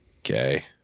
Okay